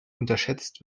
unterschätzt